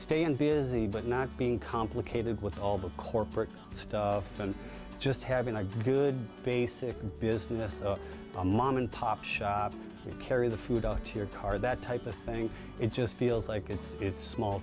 staying busy but not being complicated with all the corporate stuff and just having a good basic business a mom and pop shop and carry the food to your car that type of thing it just feels like it's it's small